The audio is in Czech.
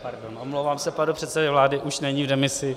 Pardon, omlouvám se panu předsedovi vlády, už není v demisi.